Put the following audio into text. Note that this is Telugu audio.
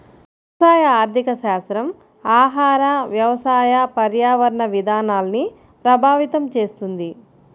వ్యవసాయ ఆర్థికశాస్త్రం ఆహార, వ్యవసాయ, పర్యావరణ విధానాల్ని ప్రభావితం చేస్తుంది